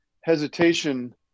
hesitation